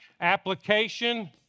Application